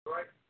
Right